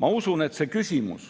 Ma usun, et see küsimus